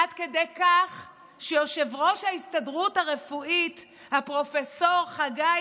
עד כדי כך שיושב-ראש ההסתדרות הרפואית הפרופ' חגי